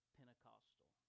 Pentecostal